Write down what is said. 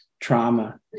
trauma